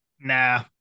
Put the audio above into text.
nah